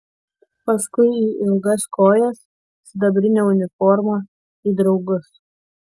paskui į ilgas kojas sidabrinę uniformą į draugus